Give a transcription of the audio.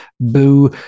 Boo